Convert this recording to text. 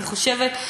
אני חושבת,